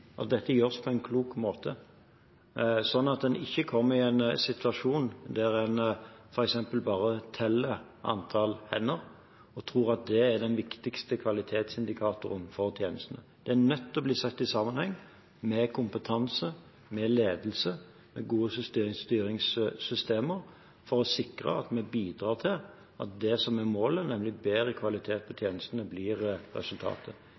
dette gjøres på en klok måte, så en ikke kommer i en situasjon der en f.eks. bare teller antall hender og tror at det er den viktigste kvalitetsindikatoren på tjenestene. Det er nødt til å bli sett i sammenheng med kompetanse, med ledelse og med gode styringssystemer, for å sikre at vi bidrar til at det som er målet, nemlig bedre kvalitet på tjenestene, blir resultatet.